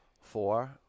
Four